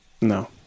No